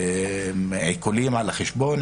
זה עיקולים על החשבון,